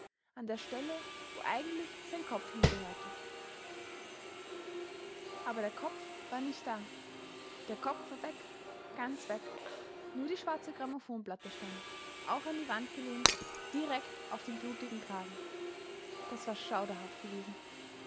an der stelle wo eigentlich sein kopf hingehörte aber der kopf war nicht da der kopf war weg ganz weg nur die schwarze grammophonplatte stand auch an die wand gelehnt direkt auf dem blutigen kragen das war schauderhaft gewesen